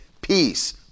peace